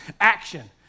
action